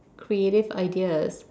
creative ideas